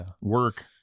work